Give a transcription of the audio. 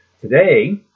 Today